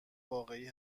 واقعی